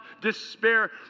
despair